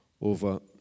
over